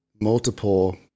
multiple